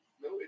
No